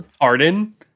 Arden